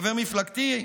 חבר מפלגתי,